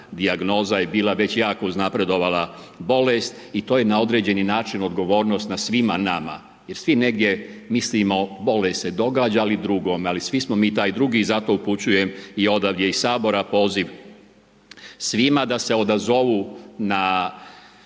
dijagnoza je bila već jako uznapredovala bolest i to je na određeni način odgovornost na svima nama. Jer svi negdje mislimo bolest se događa ali drugome, ali svi smo mi taj drugi i zato upućujem i odavde iz Sabora poziv svima da se odazovu na